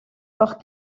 hors